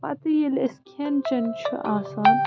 پَتہٕ ییٚلہِ اسہِ کھیٚن چیٚن چھُ آسان